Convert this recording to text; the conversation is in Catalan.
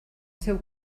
seu